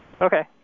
Okay